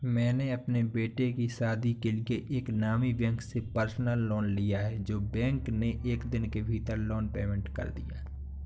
मैंने अपने बेटे की शादी के लिए एक नामी बैंक से पर्सनल लोन लिया है जो बैंक ने एक दिन के भीतर लोन पेमेंट कर दिया